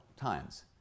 times